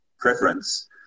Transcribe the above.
preference